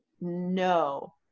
no